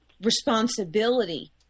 responsibility